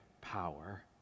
power